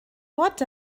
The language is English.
what